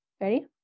Ready